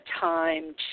time